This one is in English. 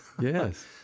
Yes